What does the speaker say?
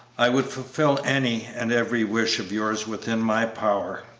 i would fulfil any and every wish of yours within my power.